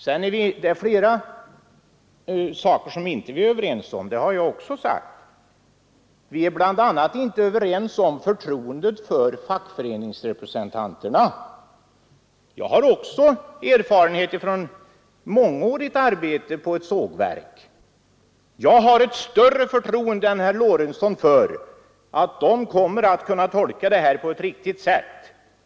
Det är flera saker som vi inte är överens om, och det har jag också sagt. Bl. a. är vi inte överens när det gäller förtroendet för fackföreningsrepresentanterna. Jag har erfarenhet från mångårigt arbete på ett sågverk, och jag har större förtroende än herr Lorentzon har för att fackföreningsrepresentanterna kommer att kunna tolka bestämmelserna på ett riktigt sätt.